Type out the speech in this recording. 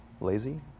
lazy